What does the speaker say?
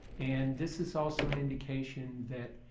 and this is also an indication that